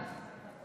משפט אחרון.